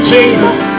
Jesus